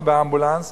לא באמבולנס.